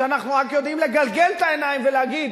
כשאנחנו רק יודעים לגלגל את העיניים ולהגיד: